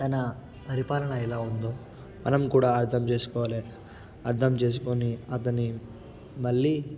తన పరిపాలన ఎలా ఉందో మనం కూడా అర్థం చేసుకోవాలి అర్థం చేసుకొని అతని మళ్ళీ